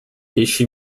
jeśli